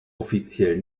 offiziell